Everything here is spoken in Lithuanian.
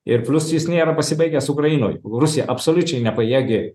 ir plius jis nėra pasibaigęs ukrainoj rusija absoliučiai nepajėgi